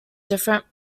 different